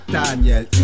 Daniel